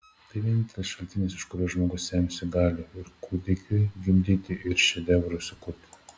tai vienintelis šaltinis iš kurio žmogus semiasi galių ir kūdikiui gimdyti ir šedevrui sukurti